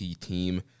team